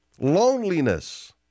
loneliness